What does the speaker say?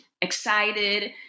excited